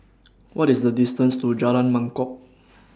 What IS The distance to Jalan Mangkok